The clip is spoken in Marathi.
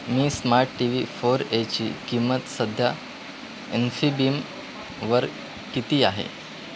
मी स्मार्ट टी व्ही फोर एची किंमत सध्या एम्फीबीमवर किती आहे